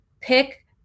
pick